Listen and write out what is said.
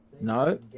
No